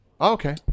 okay